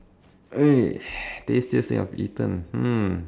eh tastiest that you have eaten hmm